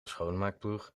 schoonmaakploeg